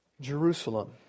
Jerusalem